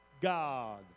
God